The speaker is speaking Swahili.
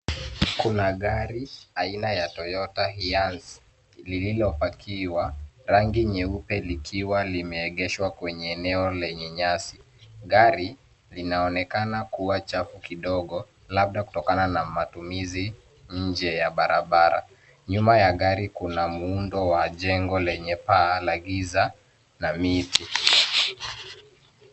Kuna gari aina ya Toyota Hiance lililopakiwa rangi nyeupe likiwa limeegeshwa kwenye eneo lenye nyasi. Gari linaonekana kuwa chafu kidogo labda kutokana na matumizi nje ya barabara. Nyuma ya gari kuna muundo wa jengo lenye paa la giza na miti.